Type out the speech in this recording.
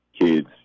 kids